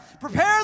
Prepare